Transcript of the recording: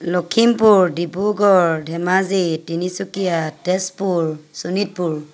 Lakhimpur Dibrugarh Dhemaji Tinsukia Tezpur Sonitpur